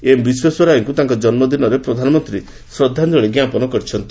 M ବିଶ୍ୱେଶ୍ୱରାୟାଙ୍କୁ ତାଙ୍କ ଜନ୍ମଦିନରେ ପ୍ରଧାନମନ୍ତ୍ରୀ ଶ୍ରଦ୍ଧାଞ୍ଜଳି ଜ୍ଞାପନ କରିଛନ୍ତି